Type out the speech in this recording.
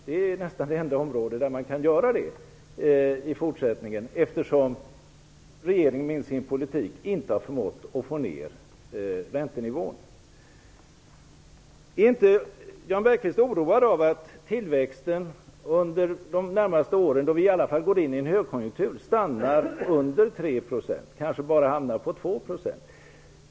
Det är nästan det enda område där man kan göra det i fortsättningen, eftersom regeringen med sin politik inte har förmått att få ner räntenivån. Är inte Jan Bergqvist oroad av att tillväxten under de närmaste åren, då vi i alla fall skall gå in i en högkonjunktur, kommer att stanna under 3 % och kanske bara hamna på 2 %?